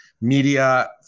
Media